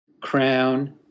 Crown